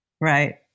Right